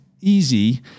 easy